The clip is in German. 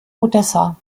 odessa